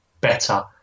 better